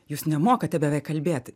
jūs nemokate beveik kalbėti